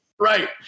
Right